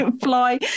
fly